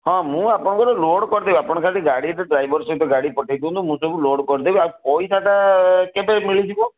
ହଁ ମୁଁ ଆପଣଙ୍କର ଲୋଡ଼୍ କରିଦେବି ଆପଣ ଖାଲି ଗାଡ଼ିଟା ଡ୍ରାଇଭର୍ ସହିତ ଗାଡ଼ି ପଠେଇଦିଅନ୍ତୁ ମୁଁ ସବୁ ଲୋଡ଼୍ କରିଦେବି ଆଉ ପଇସାଟା କେବେ ମିଳିଯିବ